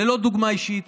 ללא דוגמה אישית,